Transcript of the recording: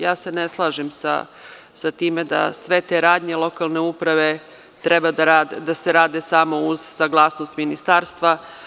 Ja se ne slažem sa time da sve te radnje lokalne uprave treba da se rade samo uz saglasnost Ministarstva.